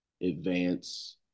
advance